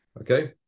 Okay